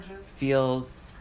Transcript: Feels